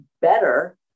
better